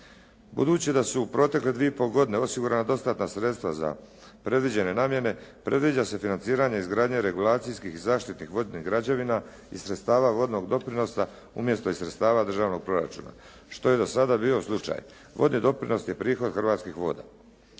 Budući da su protekle dvije i pol godine osigurana dostatna sredstava za predviđene namjene, previđa se financiranje izgradnje regulacijskih zaštitnih vodnih građevina i sredstava vodnog doprinosa umjesto iz sredstava državnog proračuna, što je do sada bio slučaj vodnonosni prihod Hrvatskih voda.